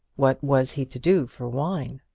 what was he to do for wine?